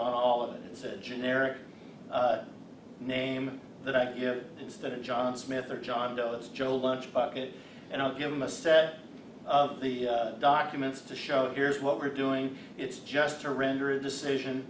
on all of this a generic name that idea instead of john smith or john doe that's joe lunch bucket and i'll give them a set of the documents to show here's what we're doing it's just to render a decision